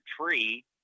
tree